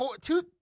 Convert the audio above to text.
two